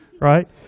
right